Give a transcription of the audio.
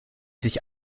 sich